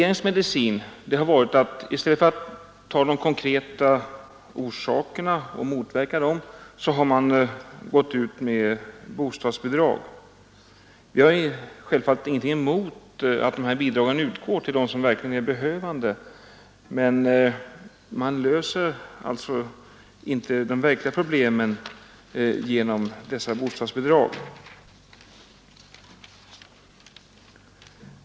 I stället för att motverka de konkreta orsakerna till prisutvecklingen har regeringens medicin varit att införa bostadsbidrag. Självfallet har vi ingenting emot att sådana bidrag utgår till människor som behöver dem, men man löser ju inte de verkliga problemen med de bidragen.